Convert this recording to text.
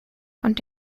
und